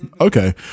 Okay